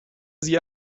sie